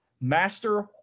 Master